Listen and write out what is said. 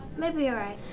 maybe you're right.